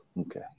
Okay